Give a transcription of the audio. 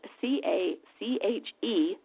c-a-c-h-e